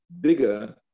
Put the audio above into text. bigger